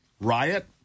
riot